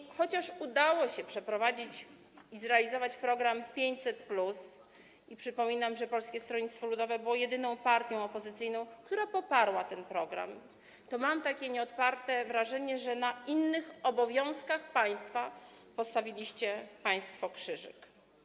I chociaż udało się przeprowadzić i zrealizować program 500+ - przypominam, że Polskie Stronnictwo Ludowe było jedyną partią opozycyjną, która poparła ten program - to mam nieodparte wrażenie, że na innych obowiązkach państwa postawiliście państwo krzyżyk.